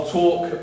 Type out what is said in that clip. talk